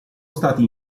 stati